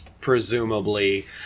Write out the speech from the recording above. Presumably